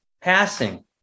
passing